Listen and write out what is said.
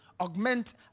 augment